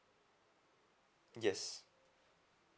yes